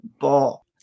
ball